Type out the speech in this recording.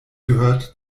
gehört